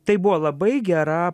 tai buvo labai gera